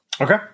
Okay